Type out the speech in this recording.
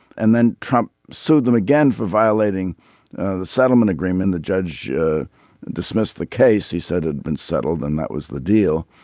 and then trump sued them again for violating the settlement agreement. the judge dismissed the case he said had been settled and that was the deal.